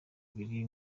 ibiri